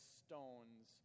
stones